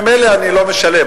שכן ממילא הם לא משלמים.